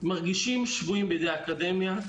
מרגישים שבויים בידי האקדמיה.